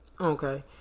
Okay